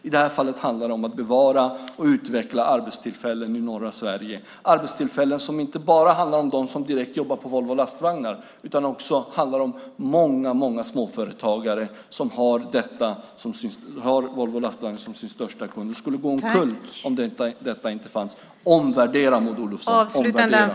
I det här fallet handlar det om att bevara och utveckla arbetstillfällen i norra Sverige, arbetstillfällen som inte bara handlar om dem som direkt jobbar på Volvo Lastvagnar utan också om många småföretagare som har Volvo Lastvagnar som sin största kund och som skulle gå omkull om detta inte fanns. Omvärdera, Maud Olofsson, omvärdera!